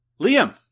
Liam